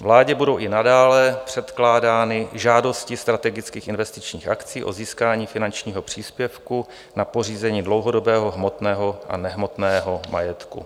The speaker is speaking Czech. Vládě budou i nadále předkládány žádosti strategických investičních akcí o získání finančního příspěvku na pořízení dlouhodobého hmotného a nehmotného majetku.